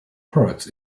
products